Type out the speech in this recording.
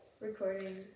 recording